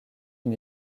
une